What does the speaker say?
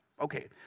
Okay